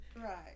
Right